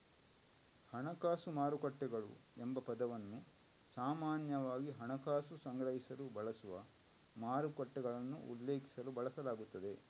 ಹಣಕಾಸು ಮಾರುಕಟ್ಟೆಗಳು ಎಂಬ ಪದವನ್ನು ಸಾಮಾನ್ಯವಾಗಿ ಹಣಕಾಸು ಸಂಗ್ರಹಿಸಲು ಬಳಸುವ ಮಾರುಕಟ್ಟೆಗಳನ್ನು ಉಲ್ಲೇಖಿಸಲು ಬಳಸಲಾಗುತ್ತದೆ